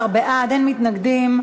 16 בעד, אין מתנגדים.